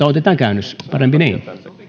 otetaan käännös parempi niin